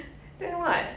then what